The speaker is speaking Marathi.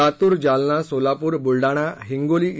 लातूर जालना सोलापूर बुलडाणा हिंगोली इ